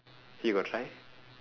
he got try